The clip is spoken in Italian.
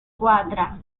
squadra